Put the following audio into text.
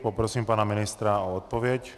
Poprosím pana ministra o odpověď.